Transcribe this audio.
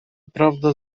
prawda